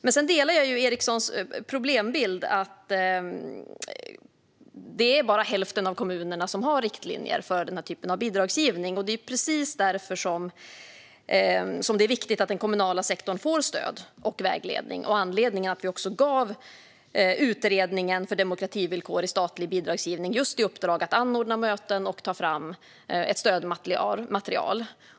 Jag delar Ericsons problembild gällande att bara hälften av kommunerna har riktlinjer för den här typen av bidragsgivning, och det är precis därför som det är viktigt att den kommunala sektorn får stöd och vägledning. Det är också anledningen till att vi gav utredningen för demokrativillkor i statlig bidragsgivning i uppdrag just att anordna möten och ta fram ett stödmaterial.